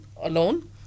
alone